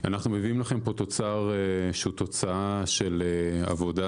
אנחנו מביאים לכם פה תוצר שהוא תוצאה של עבודה,